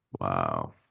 Wow